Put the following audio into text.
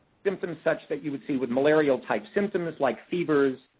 symptoms such that you would see with malarial-type symptoms, like fevers,